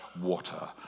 water